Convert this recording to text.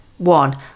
One